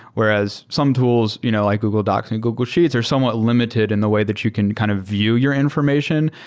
whereas, some tools, you know like google docs and google sheets, are somewhat limited in the way that you can kind of view your information.